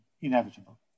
inevitable